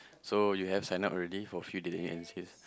so you have sign up already for a few dating agencies